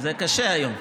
זה קשה היום.